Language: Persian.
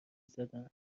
زدن